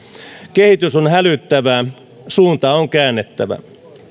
kehitys on hälyttävää suunta on käännettävä